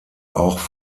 auch